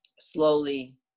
slowly